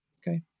Okay